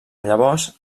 llavors